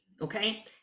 okay